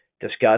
discuss